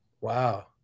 Wow